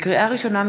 לקריאה ראשונה,